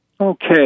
Okay